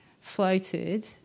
floated